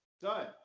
done